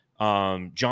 John